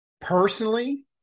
Personally